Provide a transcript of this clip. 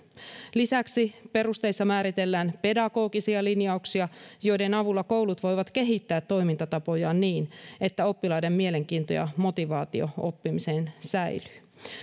lisäksi perusteissa määritellään pedagogisia linjauksia joiden avulla koulut voivat kehittää toimintatapojaan niin että oppilaiden mielenkiinto ja motivaatio oppimiseen säilyy